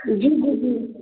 जी जी जी